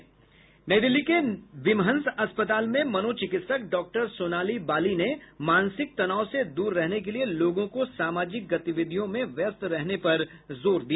नई दिल्ली के विमहंस अस्पताल में मनोचिकित्सक डॉ सोनाली बाली ने मानसिक तनाव से दूर रहने के लिए लोगों को सामाजिक गतिविधियों में व्यस्त रहने पर जोर दिया